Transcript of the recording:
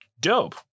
dope